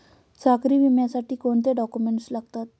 सागरी विम्यासाठी कोणते डॉक्युमेंट्स लागतात?